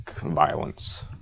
violence